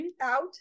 out